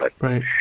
Right